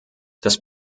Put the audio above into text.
das